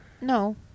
No